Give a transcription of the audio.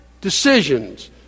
decisions